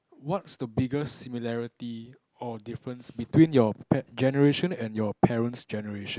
what's the biggest similarity or difference between your pa~ generation and your parent's generation